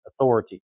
authority